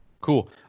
Cool